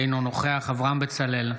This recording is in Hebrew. אינו נוכח אברהם בצלאל,